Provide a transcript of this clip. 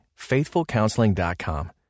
FaithfulCounseling.com